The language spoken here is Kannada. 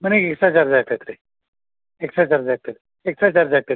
ಮನೆಗೆ ಎಕ್ಸ್ಟ್ರಾ ಚಾರ್ಜ್ ಆಗ್ತೈತೆ ರೀ ಎಕ್ಸ್ಟ್ರಾ ಚಾರ್ಜ್ ಆಗ್ತೈತೆ ಎಕ್ಸ್ಟ್ರಾ ಚಾರ್ಜ್ ಆಗ್ತೈತೆ ರೀ